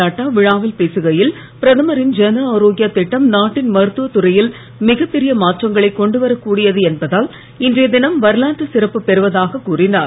நட்டா விழாவில் பேசுகையில் பிரதமரின் ஜன ஆரோக்யா திட்டம் நாட்டின் மருத்துவத் துறையில் மிகப்பெரிய மாற்றங்களை கொண்டுவரக்கூடியது என்பதால் இன்றைய தினம் வரலாற்றுச் சிறப்பு பெறுவதாக கூறினார்